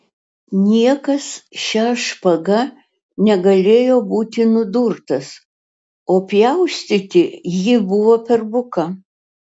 niekas šia špaga negalėjo būti nudurtas o pjaustyti ji buvo per buka